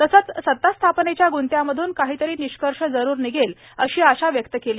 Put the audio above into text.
तसेच सतास्थापनेच्या ग्ंत्यामधून काहीतरी निष्कर्ष जरूर निघेल अशी आशा व्यक्त केली